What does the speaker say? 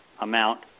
amount